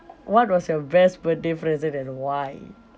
what was your best birthday present and why